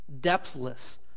depthless